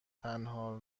تنها